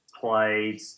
played